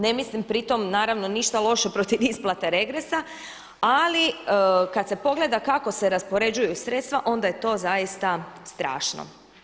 Ne mislim pri tome naravno ništa loše protiv isplate regresa ali kada se pogleda kako se raspoređuju sredstva onda je to zaista strašno.